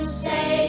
say